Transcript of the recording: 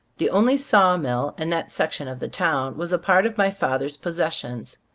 the only saw mill in that section of the town was a part of my father's possessions.